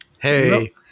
Hey